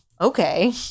okay